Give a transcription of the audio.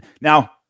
Now